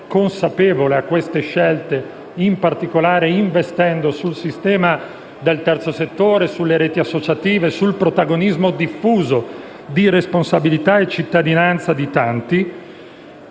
consapevole a queste scelte, in particolare investendo sul sistema del terzo settore, sulle reti associative e sul protagonismo diffuso di responsabilità e cittadinanza di tanti.